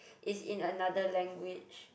is in another language